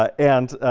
and